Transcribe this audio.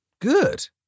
Good